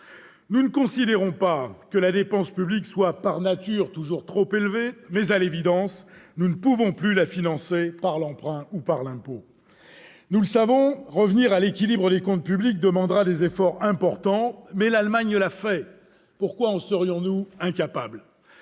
Nous ne considérons pas que la dépense publique soit, par nature, toujours trop élevée, mais, à l'évidence, nous ne pouvons plus la financer par l'emprunt ou par l'impôt. Nous le savons, revenir à l'équilibre des comptes publics demandera des efforts importants. Cependant, l'Allemagne l'a fait : pourquoi en serions-nous incapables ?